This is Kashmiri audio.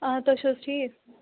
آ تُہۍ چھِو حظ ٹھیٖک